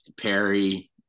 Perry